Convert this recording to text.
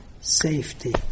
safety